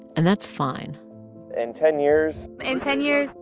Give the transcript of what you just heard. and that's fine in ten years in ten years.